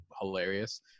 hilarious